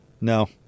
No